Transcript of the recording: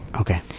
Okay